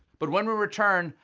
but when we return,